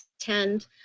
TEND